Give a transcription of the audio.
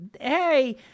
hey